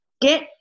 get